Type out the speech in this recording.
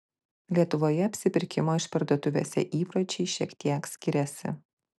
lietuvoje apsipirkimo išparduotuvėse įpročiai šiek tiek skiriasi